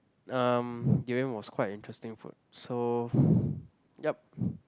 um durian was quite an interesting food so yup